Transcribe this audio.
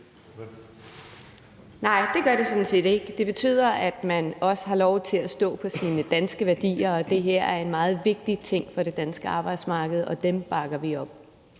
Nej, det gør det sådan set ikke. Det betyder, at man også har lov til at stå på sine danske værdier, og det her er en meget vigtig ting for det danske arbejdsmarked, og den bakker vi op.